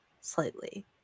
slightly